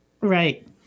Right